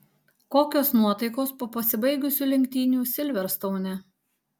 kokios nuotaikos po pasibaigusių lenktynių silverstoune